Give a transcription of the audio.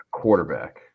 quarterback